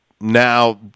Now